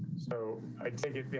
so i take it